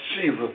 Jesus